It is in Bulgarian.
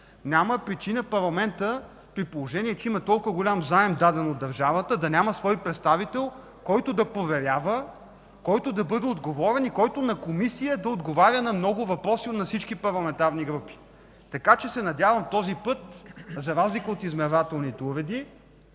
Няма причина парламентът, при положение че има толкова голям заем, даден от държавата, да няма свой представител, който да проверява, който да бъде отговорен и който на Комисия да отговаря на много въпроси на всички парламентарни групи. Надявам се този път, за разлика от измервателните уреди,